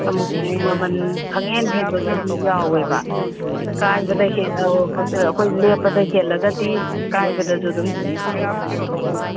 ꯑꯃꯨꯛꯃꯨꯛ ꯃꯃꯟ ꯈꯪꯍꯦꯟ ꯍꯦꯟꯕꯁꯨ ꯑꯗꯨꯝ ꯌꯥꯎꯋꯦꯕ ꯀꯥꯏꯕꯗ ꯑꯩꯈꯣꯏ ꯂꯦꯞꯄꯗ ꯍꯦꯜꯂꯒꯗꯤ ꯀꯥꯏꯕꯗꯁꯨ ꯑꯗꯨꯝ ꯑꯗꯨꯝ